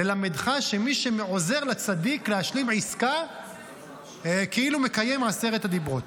ללמדך שמי שעוזר לצדיק להשלים עסקה כאילו מקיים את עשרת הדברות.